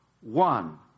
one